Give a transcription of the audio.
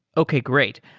okay. great.